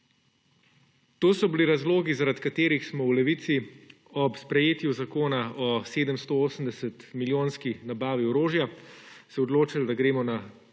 To so bili razlogi, zaradi katerih smo se v Levici ob sprejetju zakona o 780-milijonski nabavi orožja